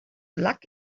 luck